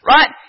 Right